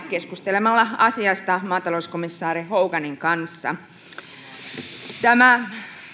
keskustelemalla asiasta maatalouskomissaari hoganin kanssa tämä